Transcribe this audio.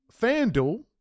FanDuel